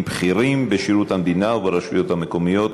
בכירים בשירות המדינה וברשויות המקומיות,